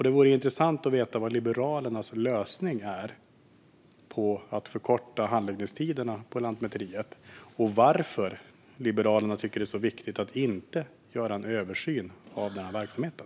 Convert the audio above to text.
Det vore intressant att få veta vad Liberalernas lösning är på att förkorta handläggningstiderna på Lantmäteriet och varför Liberalerna tycker att det är så viktigt att inte göra en översyn av verksamheten.